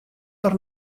der